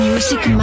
Music